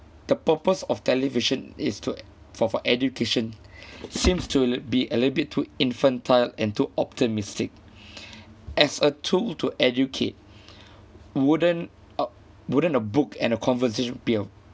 the purpose of television is to for for education seems to be a little bit too infantile and too optimistic as a tool to educate wouldn't uh wouldn't a book and a conversation be a